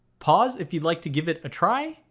pause if you'd like to give it a try,